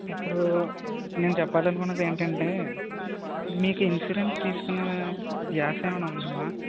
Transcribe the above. ఇప్పుడు నేను చెప్పాలి అనుకున్నది ఏంటి అంటే మీకు ఇన్సూరెన్స్ తీసుకునే ధ్యాస ఏమైనా ఉందా అమ్మ